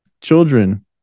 children